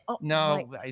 No